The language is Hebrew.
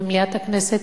ממליאת הכנסת,